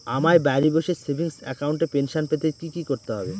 আমায় বাড়ি বসে সেভিংস অ্যাকাউন্টে পেনশন পেতে কি কি করতে হবে?